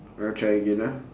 I'll try again ah